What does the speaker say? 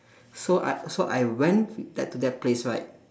so I so I went to that to that place right